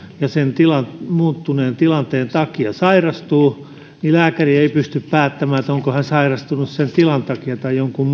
ja hän sen tilan muuttuneen tilanteen takia sairastuu niin lääkäri ei pysty päättämään onko hän sairastunut sen tilan takia tai jonkun